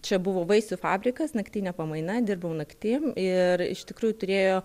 čia buvo vaisių fabrikas naktinė pamaina dirbau naktim ir iš tikrųjų turėjo